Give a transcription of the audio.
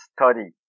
study